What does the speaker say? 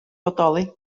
bodoli